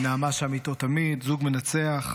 נעמה שם איתו תמיד, זוג מנצח.